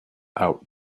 out